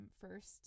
first